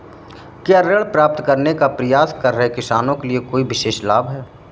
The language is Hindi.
क्या ऋण प्राप्त करने का प्रयास कर रहे किसानों के लिए कोई विशेष लाभ हैं?